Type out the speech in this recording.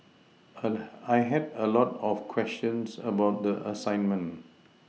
canon I had a lot of questions about the assignment